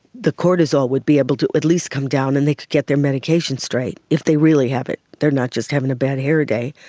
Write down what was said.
the cortisol would be able to at least come down and they could get their medication straight, if they really have it, they're not just having a bad hair day.